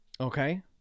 Okay